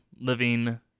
Living